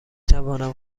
توانم